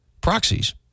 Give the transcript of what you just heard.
proxies